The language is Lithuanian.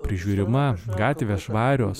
prižiūrima gatvės švarios